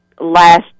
last